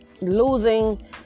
losing